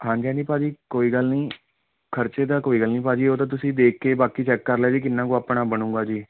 ਹਾਂਜੀ ਹਾਂਜੀ ਭਾਅ ਜੀ ਕੋਈ ਗੱਲ ਨਹੀਂ ਖਰਚੇ ਦਾ ਕੋਈ ਗੱਲ ਨਹੀਂ ਭਾਅ ਜੀ ਉਹ ਤਾਂ ਤੁਸੀਂ ਦੇਖ ਕੇ ਬਾਕੀ ਚੈੱਕ ਕਰ ਲਿਆ ਜੀ ਕਿੰਨਾ ਕੁ ਆਪਣਾ ਬਣੇਗਾ ਜੀ